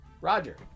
Roger